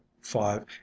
five